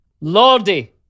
Lordy